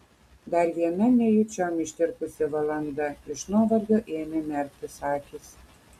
dar viena nejučiom ištirpusi valanda iš nuovargio ėmė merktis akys